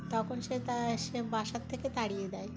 তখন সে তা সে বাসার থেকে তাড়িয়ে দেয়